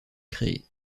créés